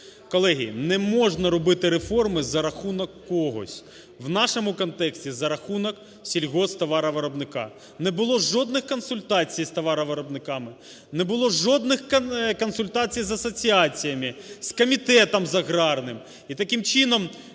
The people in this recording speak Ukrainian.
Колеги, не можна робити реформи за рахунок когось. У нашому контексті – за рахунок сільсгосптоваровиробника. Не було жодних консультацій з товаровиробниками. Не було жодних консультацій з асоціаціями, з комітетом аграрним,